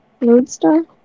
Roadstar